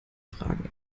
fragen